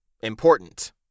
Important